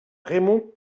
raymond